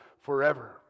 forever